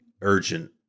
urgent